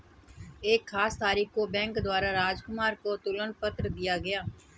एक खास तारीख को बैंक द्वारा राजकुमार को तुलन पत्र दिया गया